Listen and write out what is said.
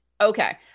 Okay